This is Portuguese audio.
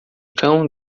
cão